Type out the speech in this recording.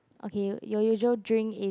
okay your your usual drink is